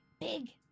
big